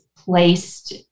placed